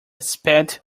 sped